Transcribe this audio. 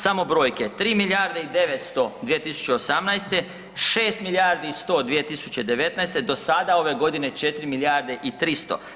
Samo brojke, 3 milijarde i 900 2018., 6 milijardi i 100 2019.g., do sada ove godine 4 milijarde i 300.